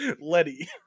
Letty